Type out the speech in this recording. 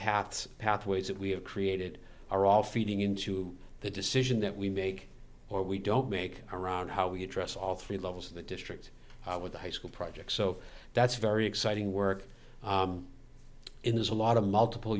paths pathways that we have created are all feeding into the decision that we make or we don't make around how we address all three levels of the district with the high school project so that's very exciting work and there's a lot of multiple